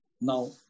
Now